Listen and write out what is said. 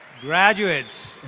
graduates